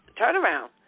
turnaround